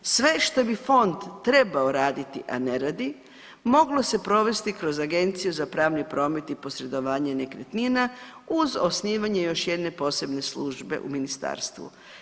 Sve što bi fond trebao raditi, a ne radi moglo se provesti kroz Agenciju za pravni promet i posredovanje nekretnina uz osnivanje još jedne posebne službe u ministarstvu.